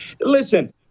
listen